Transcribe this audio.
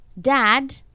dad